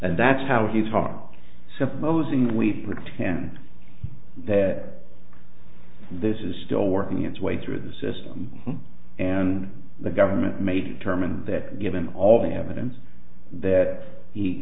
and that's how he talked supposing we pretend that this is still working its way through the system and the government may determine that given all the evidence that he